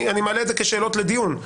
אני מעלה את זה כשאלות לדיון.